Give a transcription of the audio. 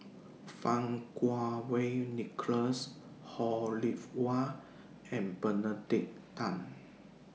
Fang Kuo Wei Nicholas Ho Rih Hwa and Benedict Tan